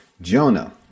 Jonah